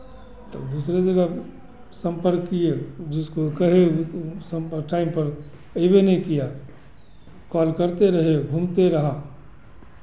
तब दूसरे जगह सम्पर्क किए जिसको कहे वो सम पर टाइम पर ऐबे नहीं किया कॉल करते रहे घूमते रहा